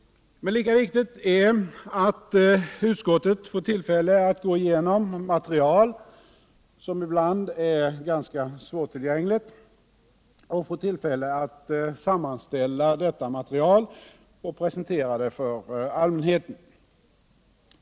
Men lika viktigt är att utskottet får tillfälle att gå igenom material som ibland är ganska svårtillgängligt, sammanställa detta material och presentera det för allmänheten.